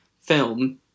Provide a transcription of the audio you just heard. film